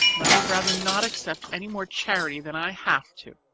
and i would rather not accept any more charity than i have to.